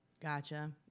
Gotcha